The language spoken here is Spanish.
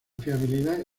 fiabilidad